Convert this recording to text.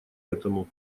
этому